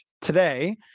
today